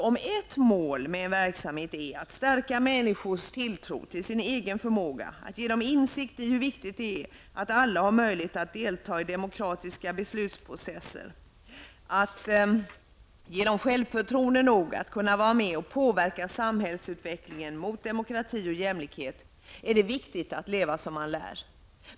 Om ett mål med denna verksamhet är att stärka människors tilltro till sin egen förmåga, ge dem insikt i hur viktigt det är att alla har möjlighet att delta i demokratiska beslutsprocesser och ge dem självförtroende nog att kunna vara med och påverka samhällsutvecklingen mot demokrati och jämlikhet, så är det viktigt att leva som man lär.